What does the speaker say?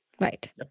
right